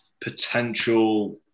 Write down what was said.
potential